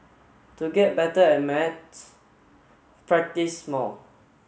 to get better at maths practise more